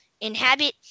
Inhabit